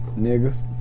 niggas